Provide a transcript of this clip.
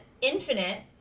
Infinite